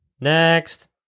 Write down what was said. next